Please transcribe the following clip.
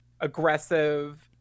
aggressive